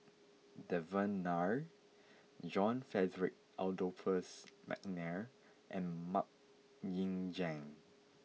Devan Nair John Frederick Adolphus McNair and Mok Ying Jang